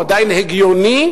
הוא עדיין הגיוני,